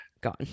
gone